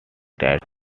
that